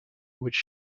which